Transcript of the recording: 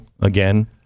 again